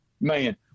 man